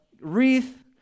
wreath